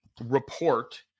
report